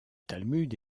talmud